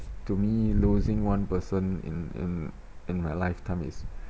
to me losing one person in in in my lifetime is